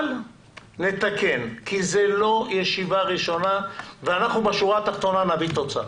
אבל נתקן כי זאת לא ישיבה ראשונה ואנחנו בשורה התחתונה נביא תוצאה.